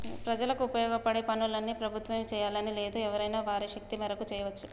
ప్రజలకు ఉపయోగపడే పనులన్నీ ప్రభుత్వమే చేయాలని లేదు ఎవరైనా వారి శక్తి మేరకు చేయవచ్చు